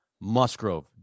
Musgrove